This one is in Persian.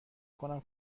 کنم